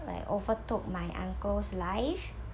like overtook my uncle's life